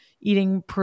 eating